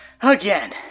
again